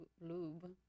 lube